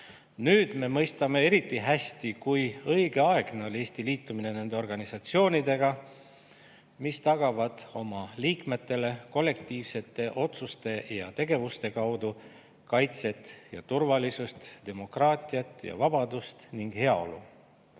Nüüd me mõistame eriti hästi, kui õigeaegne oli Eesti liitumine nende organisatsioonidega, mis tagavad oma liikmetele kollektiivsete otsuste ja tegevuste kaudu kaitset ja turvalisust, demokraatiat ja vabadust ning heaolu.